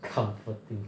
comforting